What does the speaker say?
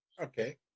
Okay